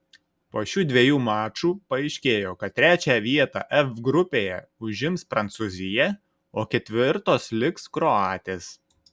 po šių dviejų mačų paaiškėjo kad trečią vietą f grupėje užims prancūzija o ketvirtos liks kroatės